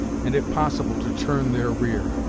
and if possible to turn their rear.